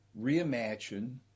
reimagine